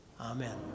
Amen